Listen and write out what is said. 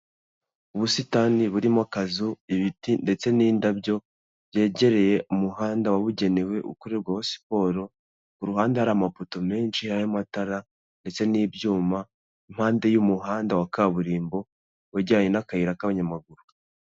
Ubusitani burimo akazu ibiti ndetse n'indabyo, byegereye umuhanda wabugenewe ukorerwaho siporo, ku ruhande hari amapoto menshi y'amatara ndetse n'ibyuma impande y'umuhanda wa kaburimbo wegeranye n'akayira k'abanyamaguru.